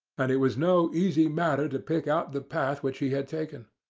and it was no easy matter to pick out the path which he had taken.